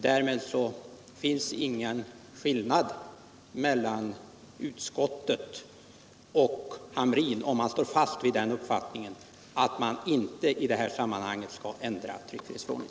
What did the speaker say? Om herr Hamrin står fast vid uppfattningen att man i detta sammanhang inte skall ändra tryckfrihetsförordningen finns det ingen åsiktsskillnad mellan utskottet och herr Hamrin.